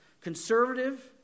conservative